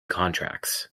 contracts